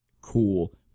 cool